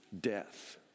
death